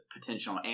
potential